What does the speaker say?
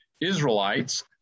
Israelites